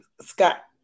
Scott